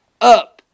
up